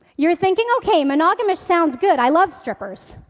you're thinking, okay, monogamish sounds good, i love strippers.